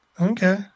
okay